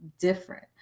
different